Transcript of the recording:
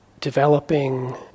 developing